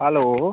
hello